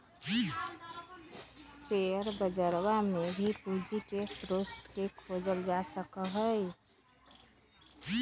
share बजरवा में भी पूंजी के स्रोत के खोजल जा सका हई